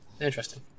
interesting